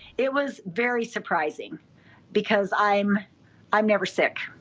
it was very surprising because i'm i'm never sick.